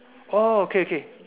oh okay okay